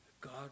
God